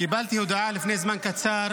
קיבלתי הודעה לפני זמן קצר